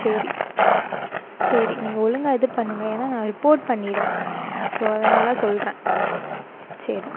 சரி சரி நீங்கள் ஒழுங்காக இது பண்ணுங்க ஏன்னா நான் ரிப்போர்ட் பண்ணிடுவேன் ஸோ அதனால் சொல்கிறேன் சரி